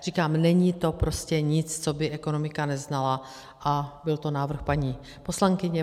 Říkám, není to prostě nic, co by ekonomika neznala, a byl to návrh paní poslankyně.